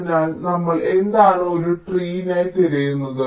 അതിനാൽ നമ്മൾ എന്താണ് ഒരു ട്രീനായി തിരയുന്നത്